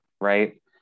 right